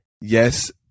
Yes